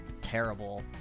terrible